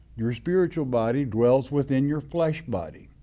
your spiritual body dwells within your flesh body.